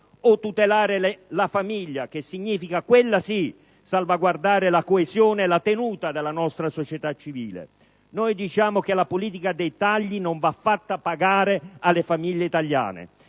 o tutelare la famiglia che significa, quella sì, salvaguardare la coesione e la tenuta della nostra società civile? Noi diciamo che la politica dei tagli non va fatta pagare alle famiglie italiane.